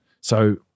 So-